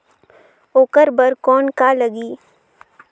ओकर बर कौन का लगी?